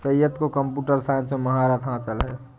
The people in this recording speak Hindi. सैयद को कंप्यूटर साइंस में महारत हासिल है